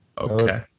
Okay